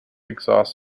exhaust